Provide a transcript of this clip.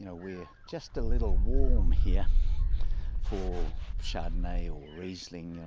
you know we're just a little warm here for chardonnay or riesling,